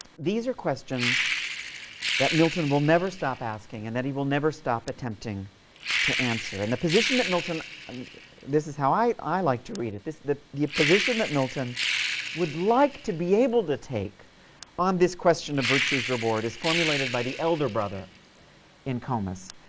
these are questions that milton will never stop asking and that he will never stop attempting to answer. and the position that milton um this is how i i like to read it the the position that milton would like to be able to take on this question of virtue's reward is formulated by the elder brother in comus.